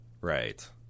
Right